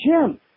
Jim